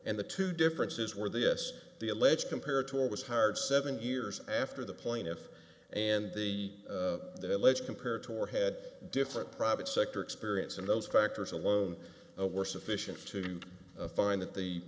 and the two differences where the yes the alleged compared to what was hired seven years after the plaintiff and the alleged compared to or head different private sector experience and those factors alone were sufficient to find that the